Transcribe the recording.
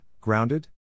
grounded